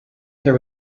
there